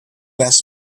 best